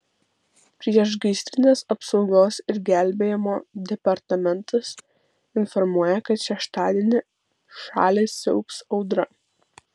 priešgaisrinės apsaugos ir gelbėjimo departamentas informuoja kad šeštadienį šalį siaubs audra